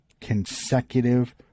consecutive